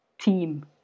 team